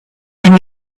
and